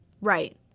Right